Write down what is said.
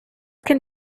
can